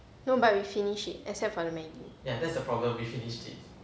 no but we finish it except for the maggi